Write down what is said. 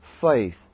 faith